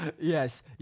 yes